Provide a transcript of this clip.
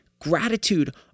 Gratitude